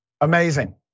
Amazing